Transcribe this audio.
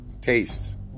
taste